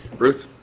ruth